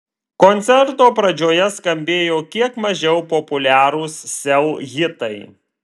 koncerto pradžioje skambėjo kiek mažiau populiarūs sel hitai